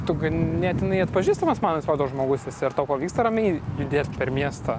tu ganėtinai atpažįstamas man atrodo žmogus esi ar tau pavyksta ramiai judėt per miestą